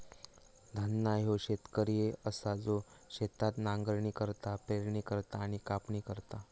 धन्ना ह्यो शेतकरी असा जो शेतात नांगरणी करता, पेरणी करता आणि कापणी करता